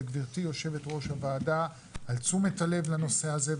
וגבירתי יו"ר הוועדה על תשומת הלב לנושא הזה,